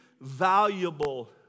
valuable